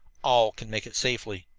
all can make it safely.